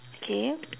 okay